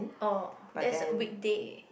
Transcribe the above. oh that's a weekday